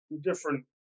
different